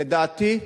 לדעתי,